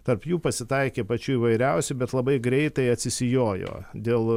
tarp jų pasitaikė pačių įvairiausių bet labai greitai atsisijojo dėl